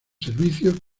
servicios